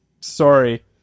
sorry